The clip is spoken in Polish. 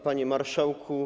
Panie Marszałku!